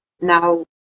Now